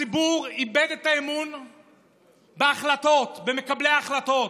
הציבור איבד את האמון בהחלטות, במקבלי ההחלטות.